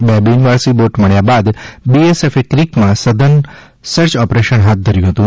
બે બીનવારસી બોટ મળ્યાં બાદ બીએસએફએ ક્રીકમાં સઘન સર્ચ ઓપરેશન હાથ્થ ધર્યું હતું